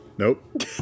Nope